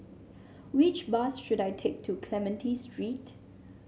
which bus should I take to Clementi Street